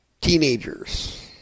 teenagers